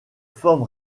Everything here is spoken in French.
forme